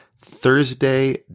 Thursday